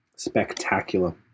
spectacular